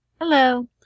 Hello